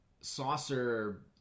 saucer